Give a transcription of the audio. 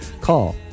Call